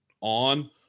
on